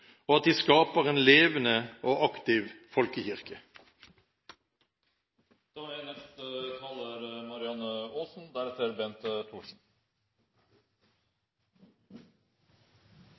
og at de skaper en levende og aktiv folkekirke. Som saksordføreren nylig sa: Dette er